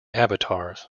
avatars